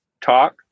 talk